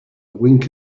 wink